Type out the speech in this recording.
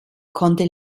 konnte